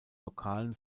lokalen